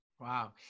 Wow